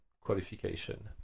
qualification